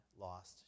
lost